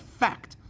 fact